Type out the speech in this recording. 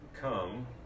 come